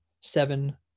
seven